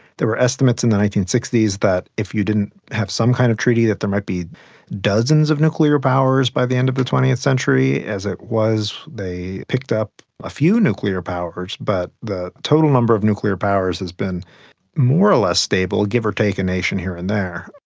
there were estimates in the nineteen sixty s that if you didn't have some kind of treaty, that there might be dozens of nuclear powers by the end of the twentieth century. as it was, they picked up a few nuclear powers but the total number of nuclear powers has been more or less stable, give or take a nation here and there.